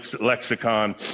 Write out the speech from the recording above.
lexicon